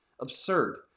Absurd